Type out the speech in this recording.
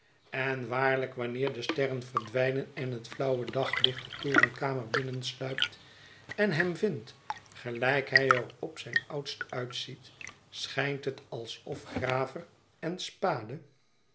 en waarlijk wanneer de sterren verdwijnen en het flauwe daglicht de torenkamer binnensluipt en hem vindt gelijk hij er op zijn oudst uitziet schijnt het alsof graver en spade